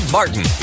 Martin